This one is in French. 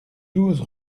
douze